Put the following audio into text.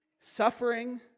suffering